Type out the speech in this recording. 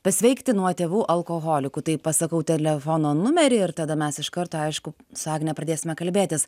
pasveikti nuo tėvų alkoholikų tai pasakau telefono numerį ir tada mes iš karto aišku su agne pradėsime kalbėtis